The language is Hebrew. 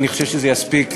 אני חושב שזה יספיק.